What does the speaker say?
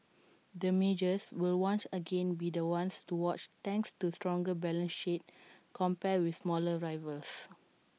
the majors will once again be the ones to watch thanks to stronger balance sheets compared with smaller rivals